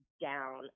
down